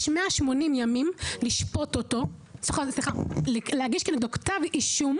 יש 180 ימים להגיש נגדו כתב אישום